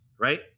right